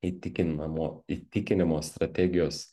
įtikinamo įtikinimo strategijos